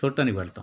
చూడటానికి వెళ్తాము